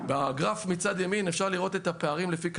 בגרף מצד ימין אפשר לראות את הפערים לפי קטגוריות.